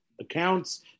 accounts